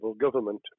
government